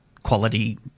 Quality